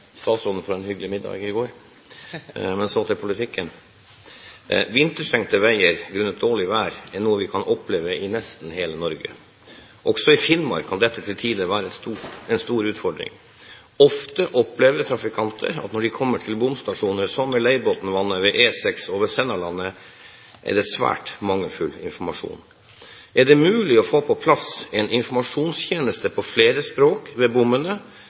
statsråden for en hyggelig middag i går! Så til politikken: «Vinterstengte veier grunnet dårlig vær er noe vi kan oppleve i nesten hele Norge. Også i Finnmark kan dette til tider være en stor utfordring. Ofte opplever trafikanter at når de kommer til bomstasjoner som ved Leirbotnvann ved E6 over Sennalandet, er det svært mangelfull informasjon. Er det mulig å få på plass en informasjonstjeneste på flere språk ved